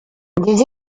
des